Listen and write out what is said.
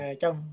trong